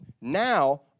Now